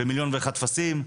ומיליון ואחד טפסים.